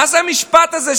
מה זה המשפט הזה,